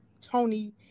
Tony